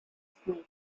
smith